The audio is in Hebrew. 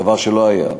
דבר שלא היה.